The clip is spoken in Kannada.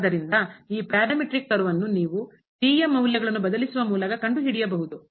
ಆದ್ದರಿಂದ ಈ ಪ್ಯಾರಾಮೀಟ್ರಿಕ್ ಕರ್ವ್ ಅನ್ನು ನೀವು t ಯ ಮೌಲ್ಯಗಳನ್ನು ಬದಲಿಸುವ ಮೂಲಕ ಕಂಡುಹಿಡಿಯಬಹುದು